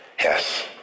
yes